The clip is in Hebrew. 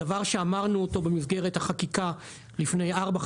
זה דבר שאמרנו אותו במסגרת החקיקה לפני ארבע,